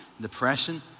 depression